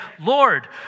Lord